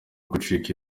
gucika